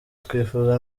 twifuza